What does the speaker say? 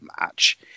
match